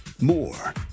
More